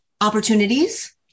opportunities